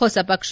ಹೊಸ ಪಕ್ಷ